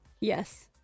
Yes